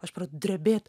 aš pradedu drebėt